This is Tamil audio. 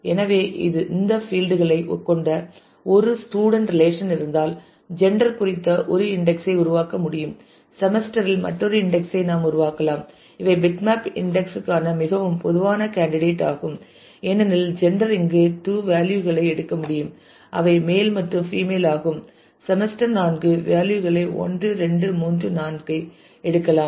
எனவே இந்த பீல்ட் களைக் கொண்ட ஒரு ஸ்டூடண்ட் ரிலேஷன் இருந்தால் ஜெண்டர் குறித்த ஒரு இன்டெக்ஸ் ஐ உருவாக்க முடியும் செமஸ்டரில் மற்றொரு இன்டெக்ஸ் ஐ நாம் உருவாக்கலாம் இவை பிட்மேப் இன்டெக்ஸ் க்கான மிகவும் பொதுவான கேண்டிடேட் ஆகும் ஏனெனில் ஜெண்டர் இங்கு 2 வேல்யூ களை எடுக்க முடியும் அவை மேல் மற்றும் ஃபீமேல் ஆகும் செமஸ்டர் 4 வேல்யூ களை 1 2 3 4 ஐ எடுக்கலாம்